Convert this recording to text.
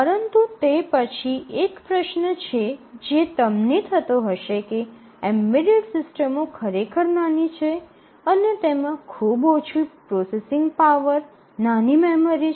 પરંતુ તે પછી એક પ્રશ્ન છે જે તમને થતો હશે કે એમ્બેડેડ સિસ્ટમો ખરેખર નાની છે અને તેમાં ખૂબ ઓછી પ્રોસેસિંગ પાવર નાની મેમરી છે